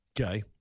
Okay